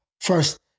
First